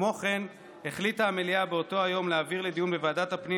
כמו כן החליטה המליאה באותו היום להעביר לדיון בוועדת הפנים